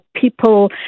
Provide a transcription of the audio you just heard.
people